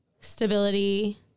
stability